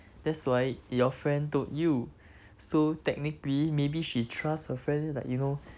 that's why your friend told you so technically maybe she trust her friend like you know